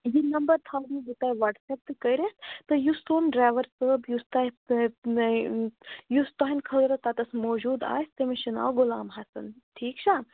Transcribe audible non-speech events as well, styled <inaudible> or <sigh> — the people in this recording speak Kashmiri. یہِ نمبر تھاوو بہٕ تۄہہِ وَٹسیپ تہٕ کٔرِتھ تہٕ یُس تُہُنٛد ڈرٛیوَر صٲب یُس تۄہہِ <unintelligible> یُس تُہٕنٛدۍ خٲطرٕ تَتَس موٗجوٗد آسہِ تٔمِس چھِ ناو غُلام حسن ٹھیٖک چھا